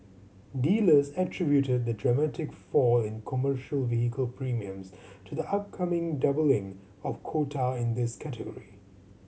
dealers attributed the dramatic fall in commercial vehicle premiums to the upcoming doubling of quota in this category